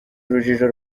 urujijo